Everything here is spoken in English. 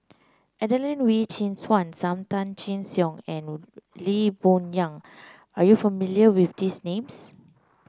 Adelene Wee Chin Suan Sam Tan Chin Siong and Lee Boon Yang are you familiar with these names